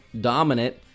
dominant